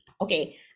okay